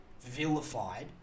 vilified